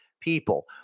people